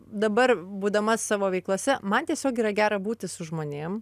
dabar būdama savo veiklose man tiesiog yra gera būti su žmonėm